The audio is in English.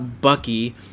Bucky